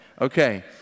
Okay